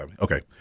Okay